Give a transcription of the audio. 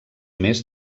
més